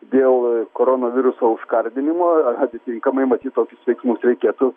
dėl koronaviruso užkardinimo ir atitinkamai matyt tokius veiksmus reikėtų